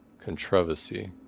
Controversy